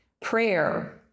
Prayer